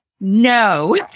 No